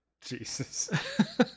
Jesus